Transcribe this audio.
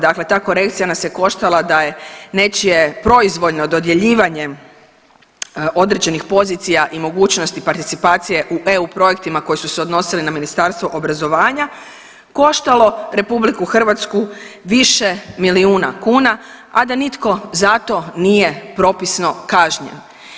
Dakle, ta korekcija nas je koštala da je nečije proizvoljno dodjeljivanje određenih pozicija i mogućnosti participacije u EU projektima koji su se odnosili na Ministarstvo obrazovanja koštalo Republiku Hrvatsku više milijuna kuna a da nitko za to nije propisno kažnjen.